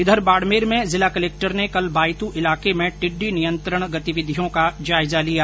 इधर बाड़मेर में जिला कलेक्टर ने कल बायतू इलाके में टिड्डी नियंत्रण गतिविधियों का जायजा लिया